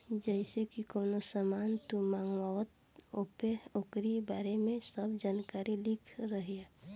जइसे की कवनो सामान तू मंगवल त ओपे ओकरी बारे में सब जानकारी लिखल रहि